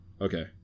Okay